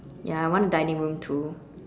ya I want a dining room too